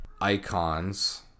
Icons